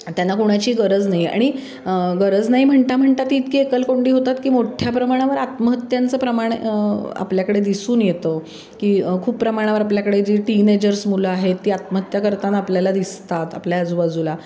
त्यांना कोणाची गरज नाही आणि गरज नाही म्हणता म्हणता ती इतकी एकलकोंडी होतात की मोठ्या प्रमाणावर आत्महत्यांचं प्रमाण आपल्याकडे दिसून येतं की खूप प्रमाणावर आपल्याकडे जी टीनेजर्स मुलं आहेत ती आत्महत्या करताना आपल्याला दिसतात आपल्या आजूबाजूला